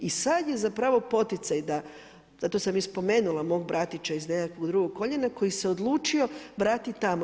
I sada je zapravo poticaj da, zato sam i spomenula mog bratića iz nekakvog drugog koljena, koji se odlučio vratiti tamo.